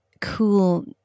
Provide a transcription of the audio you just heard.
cool